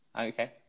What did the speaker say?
Okay